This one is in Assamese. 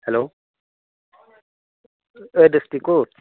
হেল্ল' এই দোষ্টি ক'ত